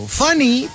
funny